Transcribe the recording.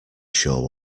sure